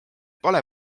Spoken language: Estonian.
pole